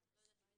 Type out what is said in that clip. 7(ב)(2):